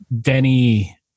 Denny